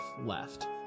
left